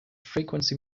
frequency